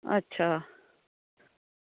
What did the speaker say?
अच्छा